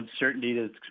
uncertainty